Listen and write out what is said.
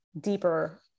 deeper